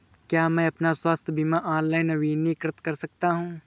क्या मैं अपना स्वास्थ्य बीमा ऑनलाइन नवीनीकृत कर सकता हूँ?